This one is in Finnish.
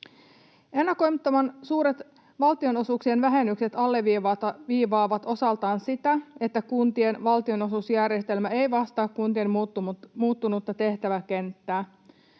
Ennakoimattoman suuret valtionosuuksien vähennykset alleviivaavat osaltaan sitä, että kuntien valtionosuusjärjestelmä ei vastaa kuntien muuttunutta tehtäväkenttää.